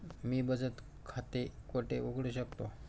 मी बचत खाते कोठे उघडू शकतो?